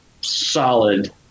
solid